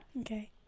okay